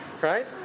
Right